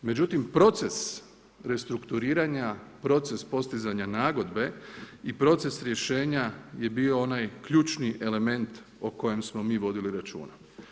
Međutim, proces restrukturiranja, proces postizanja nagodbe i proces rješenja je bio onaj ključni element o kojem smo mi vodili računa.